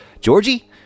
Georgie